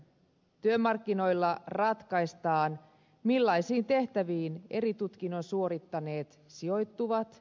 työmarkkinoilla ratkaistaan millaisiin tehtäviin eri tutkinnon suorittaneet sijoittuvat